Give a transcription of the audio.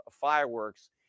fireworks